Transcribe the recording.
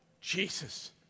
Jesus